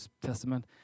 Testament